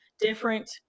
different